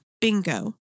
Bingo